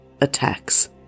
attacks